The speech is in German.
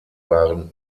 waren